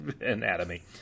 anatomy